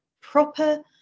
proper